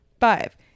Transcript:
Five